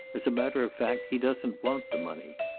as a matter of fact, he doesn't want the money.